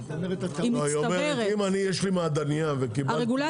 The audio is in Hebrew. היא אומרת שאם יש לי מעדנייה וקיבלתי,